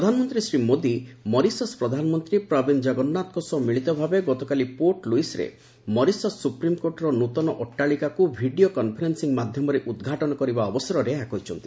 ପ୍ରଧାନମନ୍ତୀ ଶ୍ରୀ ମୋଦୀ ମରିସସ୍ ପ୍ରଧାନମନ୍ତ୍ରୀ ପ୍ରବିନ୍ଦ ଜଗନ୍ନାଥଙ୍କ ସହ ମିଳିତ ଭାବେ ଗତକାଲି ପୋର୍ଟ ଲୁଇସ୍ରେ ମରିସସ୍ ସୁପ୍ରିମକୋର୍ଟର ନୃତନ ଅଟ୍ଟାଳିକାକୁ ଭିଡ଼ିଓ କନ୍ଫରେନ୍ସିଂ ମାଧ୍ୟମରେ ଉଦ୍ଘାଟନ କରିବା ଅବସରରେ ଏହା କହିଛନ୍ତି